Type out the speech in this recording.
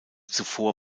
zuvor